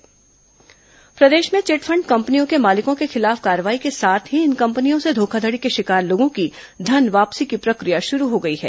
chit fund कार्रवाई प्रदेश में चिटफंड कंपनियों के मालिकों के खिलाफ कार्रवाई के साथ ही इन कंपनियों से धोखाधड़ी के शिकार लोगों की धन वापसी की प्रक्रिया शुरू हो गई है